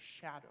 shadow